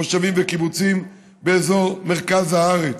מושבים וקיבוצים באזור מרכז הארץ.